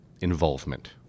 involvement